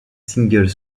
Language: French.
singles